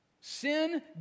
Sin